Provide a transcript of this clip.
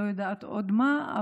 לא יודעת עוד מה,